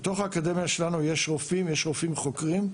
בתוך האקדמיה שלנו יש רופאים חוקרים.